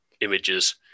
images